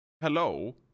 hello